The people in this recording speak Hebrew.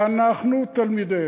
ואנחנו תלמידיהם,